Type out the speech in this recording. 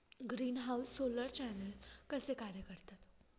Greenhouse solar channel कसे कार्य करतात?